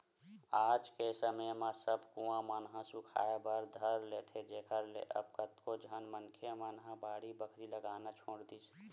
आज के समे म सब कुँआ मन ह सुखाय बर धर लेथे जेखर ले अब कतको झन मनखे मन ह बाड़ी बखरी लगाना छोड़ दिस